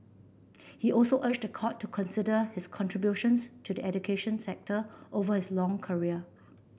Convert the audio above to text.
he also urged the court to consider his contributions to the education sector over his long career